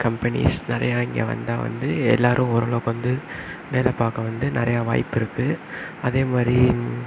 companies நிறையா இங்கே வந்தால் வந்து எல்லாரும் ஓரளவுக்கு வந்து வேலை பார்க்க வந்து நிறையா வாய்ப்பிருக்குது அதே மாதிரி